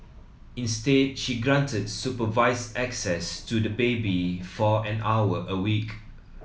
instead she granted supervised access to the baby for an hour a week